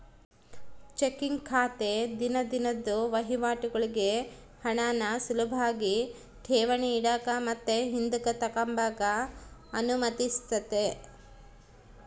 checking ಖಾತೆ ದಿನ ದಿನುದ್ ವಹಿವಾಟುಗುಳ್ಗೆ ಹಣಾನ ಸುಲುಭಾಗಿ ಠೇವಣಿ ಇಡಾಕ ಮತ್ತೆ ಹಿಂದುಕ್ ತಗಂಬಕ ಅನುಮತಿಸ್ತತೆ